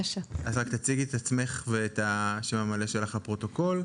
תציגי את עצמך ואת השם המלא שלך לפרוטוקול.